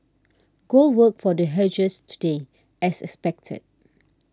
gold worked for the hedgers today as expected